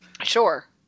Sure